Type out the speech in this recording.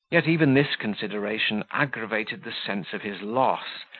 yet even this consideration aggravated the sense of his loss,